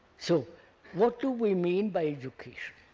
so what do we mean by education?